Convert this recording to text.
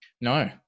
No